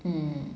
mm